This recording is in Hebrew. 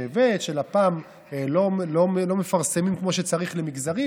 שלפ"מ לא מפרסמים כמו שצריך למגזרים,